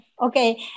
Okay